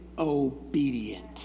Obedient